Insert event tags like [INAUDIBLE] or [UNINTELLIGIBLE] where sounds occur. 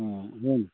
ꯎꯝ [UNINTELLIGIBLE]